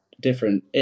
different